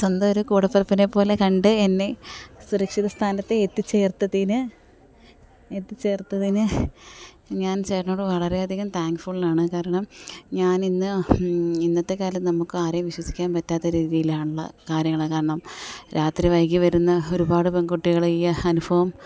സ്വന്തം ഒരു കൂടപ്പിറപ്പിനെ പോലെ കണ്ട് എന്നെ സുരക്ഷിത സ്ഥാനത്ത് എത്തിച്ചേർത്തതിന് എത്തിച്ചേർത്തതിന് ഞാൻ ചേട്ടനോട് വളരെയധികം താങ്ക് ഫുള്ളാണ് കാരണം ഞാനിന്ന് ഇന്നത്തെ കാലം നമുക്ക് ആരെയും വിശ്വസിക്കാൻ പറ്റാത്ത രീതിയിലാണല്ലോ കാര്യങ്ങൾ കാരണം രാത്രി വൈകി വരുന്ന ഒരുപാട് പെൺകുട്ടികൾ ഈ അനുഭവം